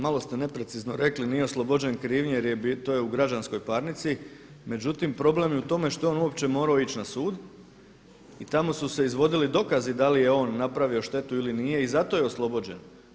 Da, malo ste neprecizno rekli nije oslobođen krivnje jer to je u građanskoj parnici, međutim problem je u tome što je on uopće morao ići na su i tamo su se izvodili dokazi da li je on napravio štetu ili nije i zato je oslobođen.